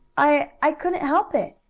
i i couldn't help it,